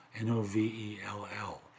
N-O-V-E-L-L